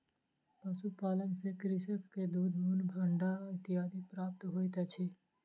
पशुपालन सॅ कृषक के दूध, ऊन, अंडा इत्यादि प्राप्त होइत अछि